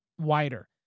wider